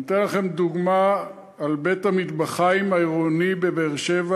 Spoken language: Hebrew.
אני נותן לכם דוגמה על בית-המטבחיים העירוני בבאר-שבע.